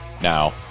Now